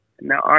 Now